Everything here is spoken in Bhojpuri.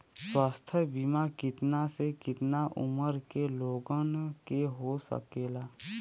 स्वास्थ्य बीमा कितना से कितना उमर के लोगन के हो सकेला?